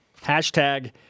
Hashtag